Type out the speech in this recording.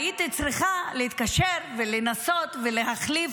הייתי צריכה להתקשר לנסות ולהחליף,